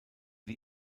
die